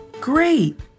Great